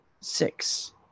six